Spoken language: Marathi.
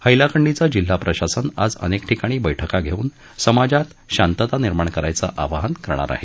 हैलाकंडीचं जिल्हा प्रशासन आज अनेक ठिकाणी बैठका घेऊन समाजात शांतता निर्माण करायचं आवाहन करणार आहेत